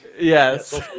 Yes